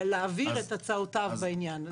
להעביר את הצעותיו בעניין.